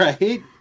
right